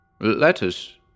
Letters